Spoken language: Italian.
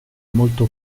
molto